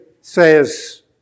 says